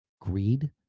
Greed